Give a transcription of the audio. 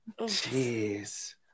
jeez